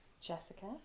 Jessica